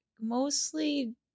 mostly